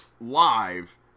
live